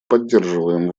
поддерживаем